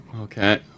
Okay